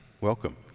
welcome